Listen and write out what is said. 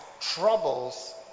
troubles